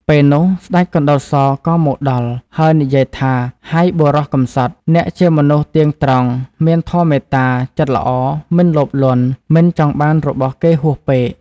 ពេលនោះ ស្តេចកណ្តុរសក៏មកដល់ ហើយនិយាយថា ហៃបុរស កំសត់ !អ្នកជាមនុស្សទៀងត្រង់មានធម៌មេត្តា ចិត្តល្អ មិនលោភលន់ មិនចង់បានរបស់គេហួសពេក ។